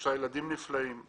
שלושה ילדים נפלאים,